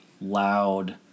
loud